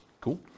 Cool